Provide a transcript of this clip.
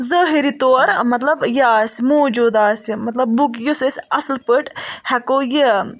ظٲہری طور مطلب یہِ آسہِ موٗجوٗد آسہِ مطلب بُگ یُس أسۍ اصل پٲٹھۍ ہیٚکو یہِ